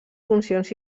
funcions